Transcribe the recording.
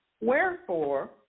Wherefore